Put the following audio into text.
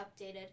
updated